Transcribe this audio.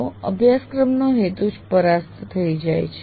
તો અભ્યાસક્રમનો મુખ્ય હેતુ જ પરાસ્ત થઈ જાય છે